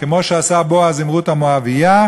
כמו שעשה בועז עם רות המואבייה.